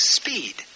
speed